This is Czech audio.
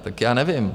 Tak já nevím.